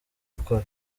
gukora